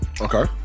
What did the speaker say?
Okay